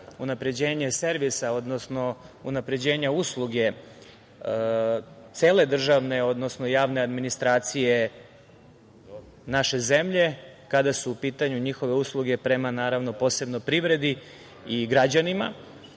unapređenje servisa, odnosno unapređenje usluge cele državne, odnosno javne administracije naše zemlje, kada su u pitanju usluge njihove prema posebno privredi i građanima. Podržavam